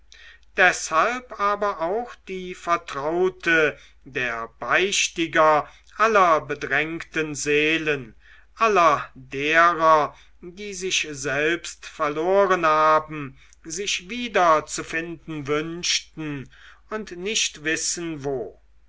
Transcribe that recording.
deshalb aber auch die vertraute der beichtiger aller bedrängten seelen aller derer die sich selbst verloren haben sich wiederzufinden wünschten und nicht wissen wo